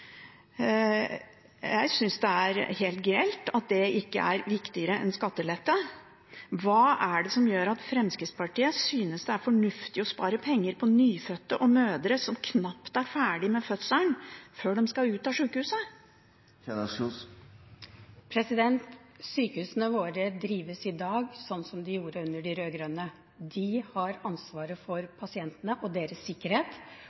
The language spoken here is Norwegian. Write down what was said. Jeg synes det er helt grelt at det ikke er viktigere enn skattelette. Jeg har lyst til å spørre representanten: Hva er det som gjør at Fremskrittspartiet synes det er fornuftig å spare penger på nyfødte og mødre som knapt er ferdig med fødselen, før de skal ut av sjukehuset? Sykehusene våre drives i dag sånn som de gjorde under de rød-grønne. De har ansvaret for pasientene og deres sikkerhet,